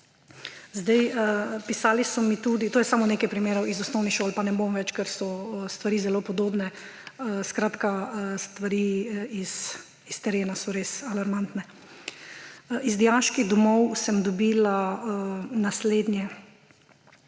Pisali so mi tudi, to je samo nekaj primerov iz osnovnih šol, pa ne bom več, ker so stvari zelo podobne; skratka, stvari s terena so res alarmantne. Iz dijaških domov sem dobila naslednje